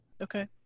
Okay